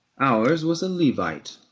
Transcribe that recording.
ours was a levite,